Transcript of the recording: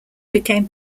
became